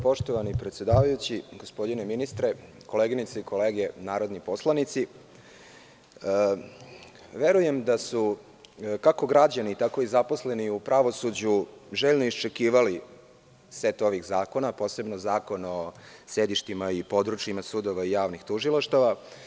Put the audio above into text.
Poštovani predsedavajući, gospodine ministre, koleginice i kolege narodni poslanici, verujem da su, kako građeni, tako i zaposleni u pravosuđu željno iščekivali setove ovih zakona, posebno Zakon o sedištima i područjima sudova i javnih tužilaštava.